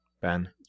Ben